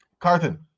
Carthen